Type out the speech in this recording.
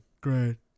Great